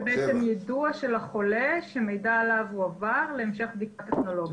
זה יידוע החולה שמידע עליו הועבר להמשך בדיקה טכנולוגית.